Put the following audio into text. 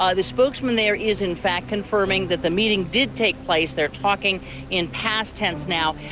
ah the spokesman there is, in fact, confirming that the meeting did take place. they're talking in past tense now,